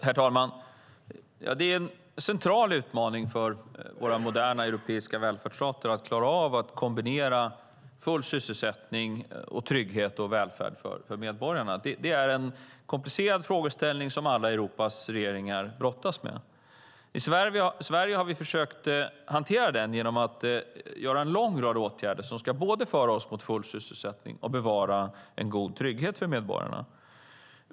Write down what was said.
Herr talman! Det är en central utmaning för våra moderna europeiska välfärdsstater att klara av att kombinera full sysselsättning med trygghet och välfärd för medborgarna. Det är en komplicerad fråga som alla Europas regeringar brottas med. I Sverige har vi försökt hantera det genom att vidta en lång rad åtgärder som ska både föra oss mot full sysselsättning och bevara en god trygghet för medborgarna.